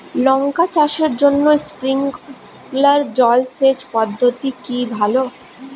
লঙ্কা চাষের জন্য স্প্রিংলার জল সেচ পদ্ধতি কি ভালো?